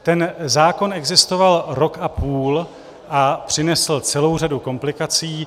Ten zákon existoval rok a půl a přinesl celou řadu komplikací.